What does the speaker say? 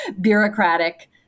bureaucratic